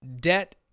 debt